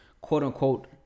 quote-unquote